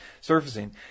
surfacing